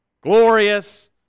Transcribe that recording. glorious